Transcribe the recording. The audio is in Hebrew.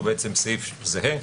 הוא בעצם סעיף זהה.